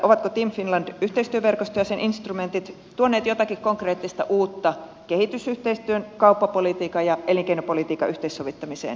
ovatko team finland yhteistyöverkosto ja sen instrumentit tuoneet jotakin konkreettista uutta kehitysyhteistyön kauppapolitiikan ja elinkeinopolitiikan yhteensovittamiseen kehitysmaissa